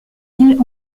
villes